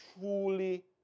truly